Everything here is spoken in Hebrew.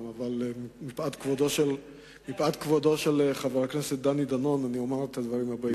אבל מפאת כבודו של חבר הכנסת דני דנון אומר את הדברים.